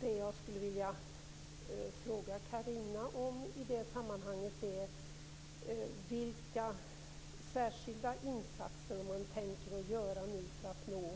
Det jag skulle vilja fråga Carina Hägg om i det sammanhanget är vilka särskilda insatser man tänker göra för att nå